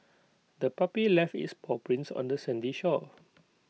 the puppy left its paw prints on the sandy shore